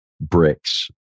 bricks